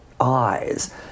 eyes